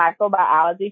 microbiology